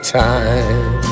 time